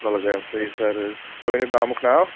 کۄلگامۍ صحی سَر تُہۍ ؤنِو گامُک ناو